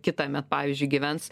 kitąmet pavyzdžiui gyvens